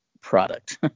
product